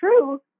true